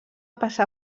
passar